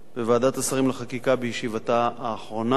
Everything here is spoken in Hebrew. בוועדת השרים לחקיקה בישיבתה האחרונה.